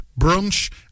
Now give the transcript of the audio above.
brunch